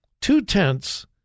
Two-tenths